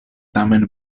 tamen